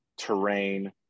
terrain